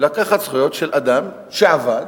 לקחת זכויות של אדם שעבד,